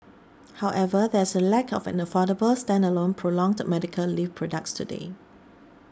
however there is a lack of an affordable standalone prolonged medical leave products today